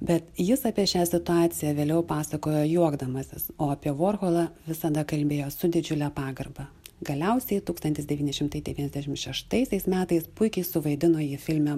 bet jis apie šią situaciją vėliau pasakojo juokdamasis o apie vorholą visada kalbėjo su didžiule pagarba galiausiai tūkstantis devyni šimtai devyniasdešimt šeštaisiais metais puikiai suvaidino jį filme